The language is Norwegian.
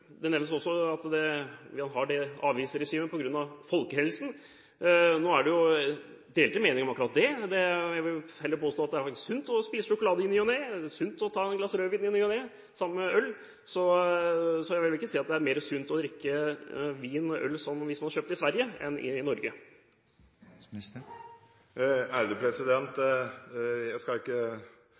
Det nevnes også at en har dette avgiftsregimet på grunn av folkehelsen. Nå er det jo delte meninger om akkurat det. Jeg vil heller påstå at det faktisk er sunt å spise sjokolade i ny og ne, og det er sunt å ta et glass rødvin i ny og ne – det samme med øl. Jeg vil ikke si at det er mer sunt å drikke vin og øl hvis man har kjøpt det i Sverige, enn i Norge. Jeg skal ikke